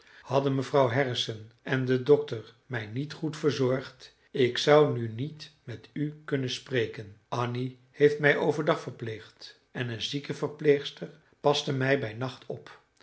hadden mejuffrouw harrison en de dokter mij niet goed verzorgd ik zou nu niet met u kunnen spreken annie heeft mij overdag verpleegd en een ziekenverpleegster paste mij bij nacht op